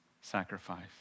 sacrifice